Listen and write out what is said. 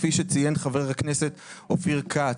כפי שציין חבר הכנסת אופיר כץ.